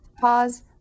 Pause